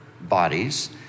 bodies